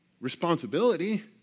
responsibility